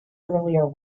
earlier